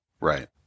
Right